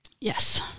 Yes